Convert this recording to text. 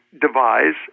devise